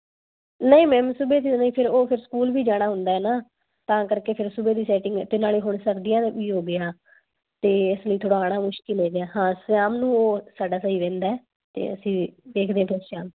ਨਹੀਂ ਮੈਮ ਸੁਬਹਾ ਦੀ ਨਹੀਂ ਫਿਰ ਉਹ ਫਿਰ ਸਕੂਲ ਵੀ ਜਾਣਾ ਹੁੰਦਾ ਹੈ ਨਾ ਤਾਂ ਕਰਕੇ ਫਿਰ ਸੁਬਹਾ ਦੀ ਸੈਟਿੰਗ ਤਾਂ ਨਾਲ ਹੁਣ ਸਰਦੀਆਂ ਵੀ ਹੋ ਗਈਆਂ ਅਤੇ ਇਸ ਲਈ ਥੋੜ੍ਹਾ ਆਉਣਾ ਮੁਸ਼ਕਿਲ ਹੋ ਗਿਆ ਹਾਂ ਸ਼ਾਮ ਨੂੰ ਉਹ ਸਾਡਾ ਸਹੀ ਰਹਿੰਦਾ ਅਤੇ ਅਸੀਂ ਦੇਖਦੇ ਹਾਂ ਕੱਲ੍ਹ ਸ਼ਾਮ